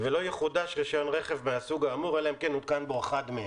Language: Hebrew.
ולא יחודש רישיון רכב מהסוג האמור אלא אם כן הותקן בו אחד מהם.